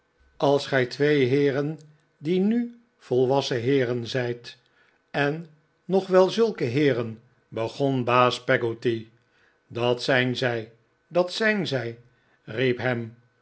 als gij twee heeren die nu volwassen heeren zijt en nog wel zulke heeren begon baas peggotty dat zijn zij dat zijn zij riep ham